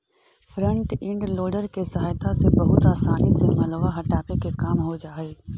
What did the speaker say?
front end loader के सहायता से बहुत असानी से मलबा हटावे के काम हो जा हई